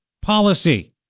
policy